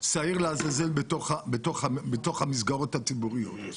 שעיר לעזאזל בתוך המסגרות הציבוריות.